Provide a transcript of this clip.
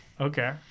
Okay